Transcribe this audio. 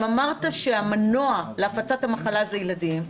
אם אמרת שהמנוע להפצת המחלה זה ילדים,